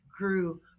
grew